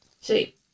See